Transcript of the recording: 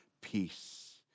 peace